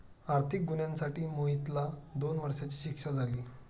आर्थिक गुन्ह्यासाठी मोहितला दोन वर्षांची शिक्षा झाली